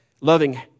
loving